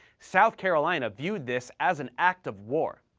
south carolina viewed this as an act of war.